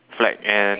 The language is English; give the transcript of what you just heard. flag and